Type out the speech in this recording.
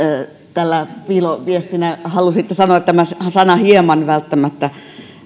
tällä piiloviestinä halusitte sanoa että tämä sana hieman